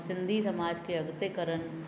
ऐं सिंधी समाज खे अॻिते कनि